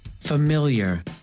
Familiar